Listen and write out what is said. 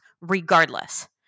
regardless